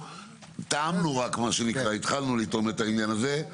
התחלנו רק לטעום את העניין הזה.